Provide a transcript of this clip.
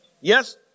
Yes